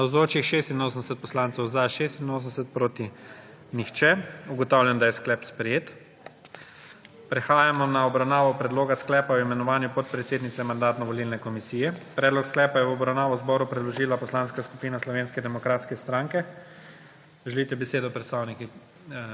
(Za je glasovalo 86.) (Proti nihče.) Ugotavljam, da je sklep sprejet. Prehajamo na obravnavo Predloga sklepa o imenovanju podpredsednice Mandatno-volilne komisije. Predlog sklepa je v obravnavo zboru predložila Poslanska skupine Slovenske demokratske stranke. Želite besedo predstavniki